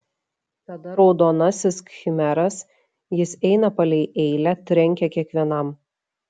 tada raudonasis khmeras jis eina palei eilę trenkia kiekvienam